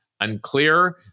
Unclear